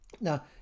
Now